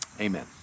Amen